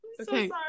Okay